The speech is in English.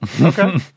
okay